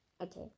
Okay